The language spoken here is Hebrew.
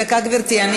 דקה, גברתי.